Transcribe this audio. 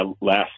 last